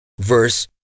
Verse